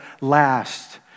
last